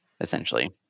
essentially